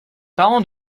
parents